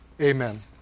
Amen